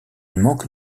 manque